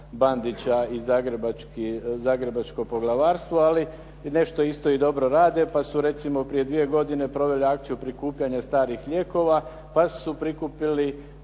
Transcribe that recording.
Bandića i zagrebačko poglavarstvo, ali nešto isto i dobro rade. Pa su recimo prije dvije godine proveli akciju prikupljanja starih lijekova pa su prikupili